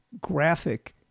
graphic